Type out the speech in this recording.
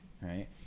right